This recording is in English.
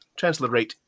transliterate